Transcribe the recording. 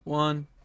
one